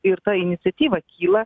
ir ta iniciatyva kyla